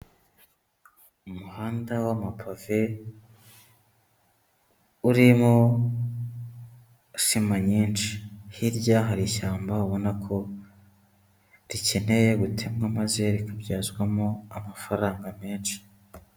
Umuhanda w'amapave, urimo sima nyinshi. Hirya hari ishyamba ubona ko rikeneye gutemwa, maze rikabyazwamo amafaranga menshi.